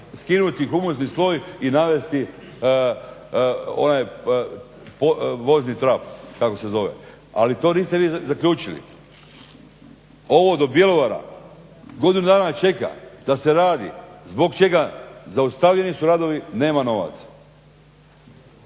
skinuti humusni sloj i navesti onaj vozni trak kako se zove. Ali to niste vi zaključili. Ovo do Bjelovara godinu dana čeka da se radi. Zbog čega zaustavljeni su radovi? Nema novaca.